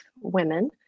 women